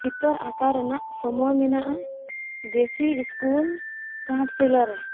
ᱪᱤᱛᱟᱹᱨ ᱟᱠᱟᱣ ᱨᱮᱱᱟᱜ ᱥᱚᱢᱚᱭ ᱢᱮᱱᱟᱜᱼᱟ ᱡᱮᱥᱤ ᱥᱠᱩᱞ ᱜᱷᱟᱴᱥᱤᱞᱟᱹᱨᱮ